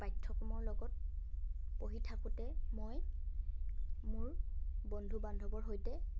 পাঠ্যক্ৰমৰ লগত পঢ়ি থাকোঁতে মই মোৰ বন্ধু বান্ধৱৰ সৈতে